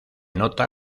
nota